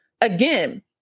Again